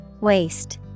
Waste